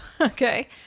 Okay